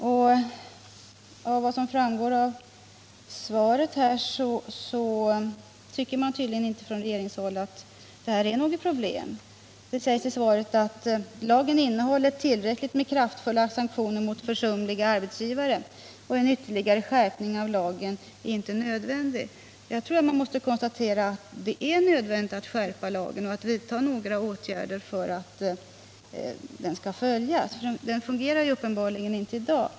Men som framgår av svaret tycker man i regeringen tydligen inte att det är något problem. Det sägs i svaret att ”lagen innehåller tillräckligt kraftfulla sanktioner mot försumliga arbetsgivare. En ytterligare skärpning av lagen är därför inte nödvändig.” Jag anser däremot att man kan konstatera att det blir nödvändigt att skärpa lagen och att vidta åtgärder för att den skall följas — den fungerar uppenbarligen inte i dag.